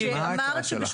מה ההצעה שלך?